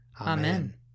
Amen